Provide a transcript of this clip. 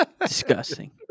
Disgusting